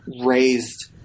raised